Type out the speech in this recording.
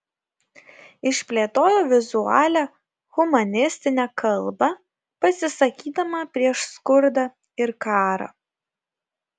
išplėtojo vizualią humanistinę kalbą pasisakydama prieš skurdą ir karą